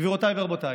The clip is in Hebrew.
גבירותיי ורבותיי,